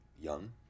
Young